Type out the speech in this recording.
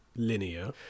linear